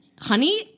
Honey